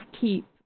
keep